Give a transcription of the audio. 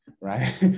right